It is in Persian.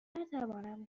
نتوانم